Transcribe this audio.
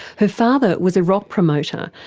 her father was a rock promoter,